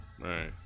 right